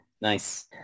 nice